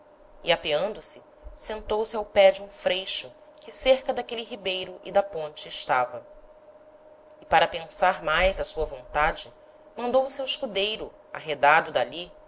e apeando se sentou-se ao pé de um freixo que cerca d'aquelle ribeiro e da ponte estava e para pensar mais á sua vontade mandou o seu escudeiro arredado d'ali